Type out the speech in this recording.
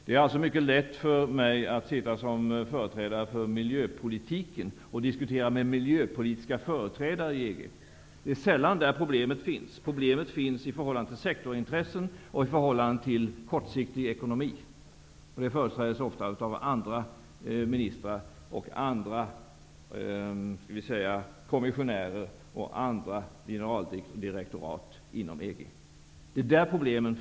Det är alltså mycket lätt för mig som företrädare för miljöpolitiken att diskutera med miljöpolitiska företrädare i EG. Sällan finns det problem där. I stället finns det ett problem i förhållande till sektorintressen och en kortsiktig ekonomi. Ofta är det andra ministrar, andra kommissionärer och generaldirektorat inom EG som är företrädare i detta sammanhang.